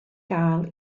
gael